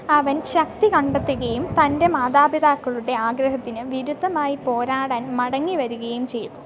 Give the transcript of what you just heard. അവൻ ശക്തി കണ്ടെത്തുകയും തന്റെ മാതാപിതാക്കളുടെ ആഗ്രഹത്തിനു വിരുദ്ധമായി പോരാടാൻ മടങ്ങിവരികയും ചെയ്തു